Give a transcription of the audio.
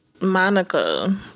Monica